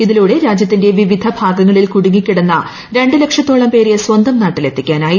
ഇതിലൂടെ രാജ്യത്തിന്റെ വിവിധ ഭാഗങ്ങളിൽ കുടുങ്ങിക്കിടന്ന രണ്ടു ലക്ഷത്തോളം പേരെ സ്വന്തം നാട്ടിൽ എത്തിക്കാനായി